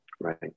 Right